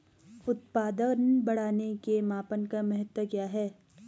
उत्पादन बढ़ाने के मापन का महत्व क्या है?